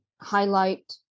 highlight